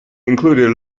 included